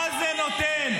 מה זה נותן?